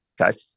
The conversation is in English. okay